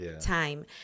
time